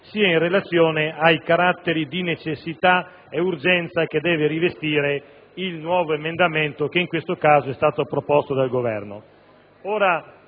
sia in relazione ai caratteri di necessità e urgenza che deve rivestire il nuovo emendamento che in questo caso è stato proposto dal Governo.